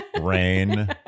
rain